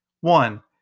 One